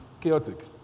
chaotic